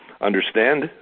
understand